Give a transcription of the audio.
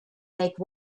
make